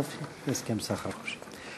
הסכם סחר חופשי.